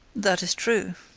that is true.